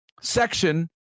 section